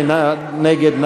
מי נגד?